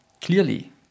Clearly